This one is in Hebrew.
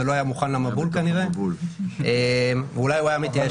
זה לא היה מוכן למבול כנראה ואולי הוא היה מתייאש.